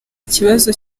kibazo